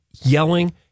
yelling